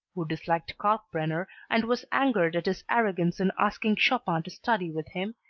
who disliked kalkbrenner and was angered at his arrogance in asking chopin to study with him,